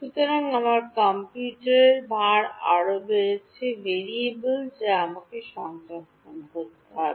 সুতরাং আমার কম্পিউটারের ভার আরও বেড়েছে ভেরিয়েবল যা আমাকে সঞ্চয় করতে হবে